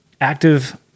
active